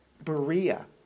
Berea